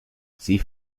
sie